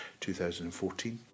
2014